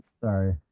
Sorry